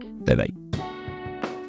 Bye-bye